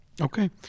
Okay